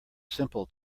simple